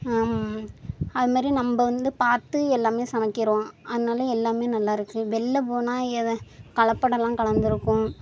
அது மாரி நம்ம வந்து பார்த்து எல்லாம் சமைக்கிறோம் அதனால் எல்லாம் நல்லாருக்கு வெளியில் போனால் எது கலப்படம்லாம் கலந்துருக்கும்